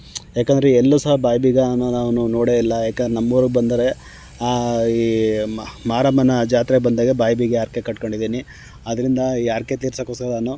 ಏಕೆಂದ್ರೆ ಎಲ್ಲೂ ಸಹ ಬಾಯಿ ಬೀಗವನ್ನು ನಾವು ನೋಡೆ ಇಲ್ಲ ಏಕೆಂದ್ರೆ ನಮ್ಮೂರಿಗೆ ಬಂದರೆ ಈ ಮಾರಮ್ಮನ ಜಾತ್ರೆ ಬಂದಾಗ ಬಾಯಿ ಬೀಗ ಹರ್ಕೆ ಕಟ್ಕೊಂಡಿದ್ದೀನಿ ಅದರಿಂದ ಈ ಹರ್ಕೆ ತೀರ್ಸೋಕ್ಕೋಸ್ಕರ ನಾನು